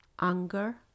anger